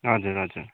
हजुर हजुर